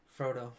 Frodo